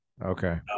Okay